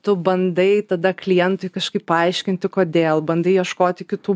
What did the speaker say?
tu bandai tada klientui kažkaip paaiškinti kodėl bandai ieškoti kitų